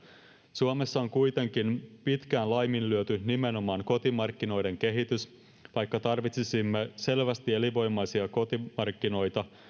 suomessa on kuitenkin pitkään laiminlyöty nimenomaan kotimarkkinoiden kehitys vaikka tarvitsisimme selvästi elinvoimaisia kotimarkkinoita